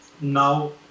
now